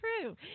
true